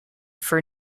for